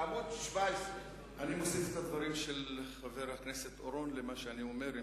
בעמוד 17. אני מוסיף את הדברים של חבר הכנסת אורון למה שאני אומר,